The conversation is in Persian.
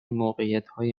موقعیتهای